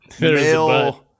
male